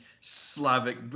Slavic